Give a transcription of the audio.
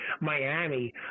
Miami